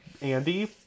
Andy